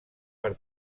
per